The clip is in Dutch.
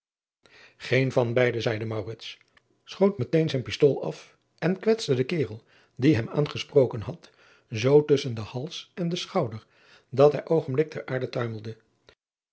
een van beide zeide schoot met een zijn pistool af en kwetste den karel die hem aangesproken had zoo tusschen den hals en de schouder dat hij oogenblikkelijk ter aarde tuimelde